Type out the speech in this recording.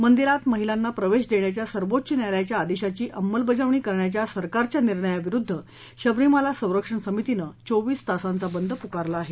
मंदिरात महिलांना प्रवेश देण्याच्या सर्वोच्च न्यायालयाच्या आदेशाची अंमलबजावणी करण्याच्या सरकारच्या निर्णयाविरुद्ध सबरीमाला संरक्षण समितीनं चोवीस तासांचा बंद पुकारला आहे